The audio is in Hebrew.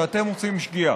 שאתם עושים שגיאה,